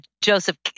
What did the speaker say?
Joseph